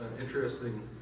interesting